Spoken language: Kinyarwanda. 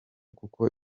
kuko